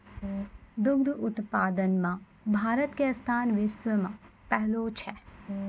दुग्ध उत्पादन मॅ भारत के स्थान विश्व मॅ पहलो छै